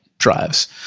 drives